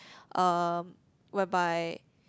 uh whereby